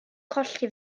colli